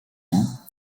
ans